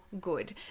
good